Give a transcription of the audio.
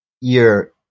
year